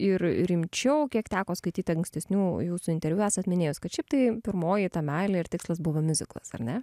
ir rimčiau kiek teko skaityt ankstesnių jūsų interviu esat minėjus kad šiaip tai pirmoji ta meilė ir tikslas buvo miuziklas ar ne